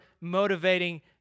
motivating